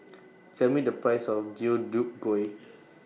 Tell Me The Price of Deodeok Gui